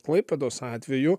klaipėdos atveju